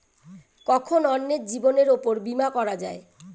কখন অন্যের জীবনের উপর বীমা করা যায়?